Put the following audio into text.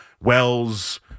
Wells